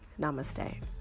Namaste